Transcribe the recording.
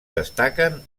destaquen